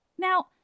Now